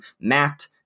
Matt